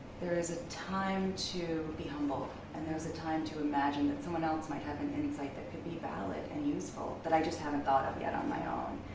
there is a time to be humble. and there's a time to imagine that someone else might have an insight that could be valid and useful that i just haven't thought of yet on my own.